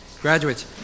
Graduates